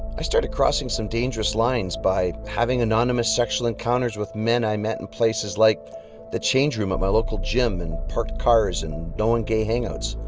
i started crossing some dangerous lines by having anonymous sexual encounters with men i met in places like the change room at my local gym and parked cars and known gay hangouts.